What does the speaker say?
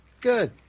Good